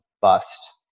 bust